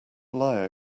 lie